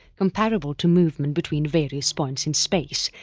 comparable to movement between various points in space,